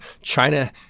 China